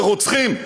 לרוצחים,